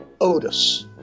Otis